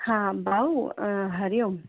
हा भाउ हरिओम